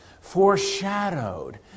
foreshadowed